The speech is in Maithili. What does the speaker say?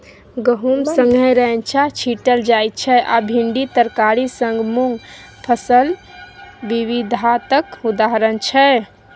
गहुम संगै रैंचा छीटल जाइ छै आ भिंडी तरकारी संग मुँग फसल बिबिधताक उदाहरण छै